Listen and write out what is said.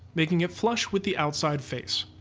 making it flush with the outside face.